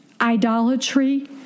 idolatry